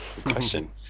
question